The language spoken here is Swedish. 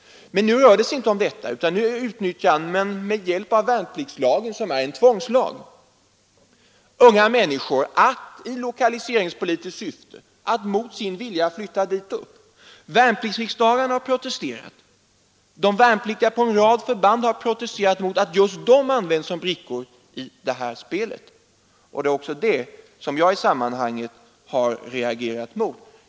Men nu rör det sig inte om det utan nu är det fråga om att med hjälp av värnpliktslagen, som är en tvångslag, låta unga människor mot sin vilja flytta dit upp. Värnpliktsriksdagar har protesterat. De värnpliktiga på en rad förband har protesterat mot att just de används som brickor i detta spel. Det är också det som jag i sammanhanget har reagerat mot.